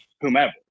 whomever